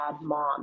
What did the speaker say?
mom